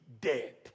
dead